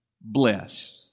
blessed